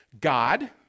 God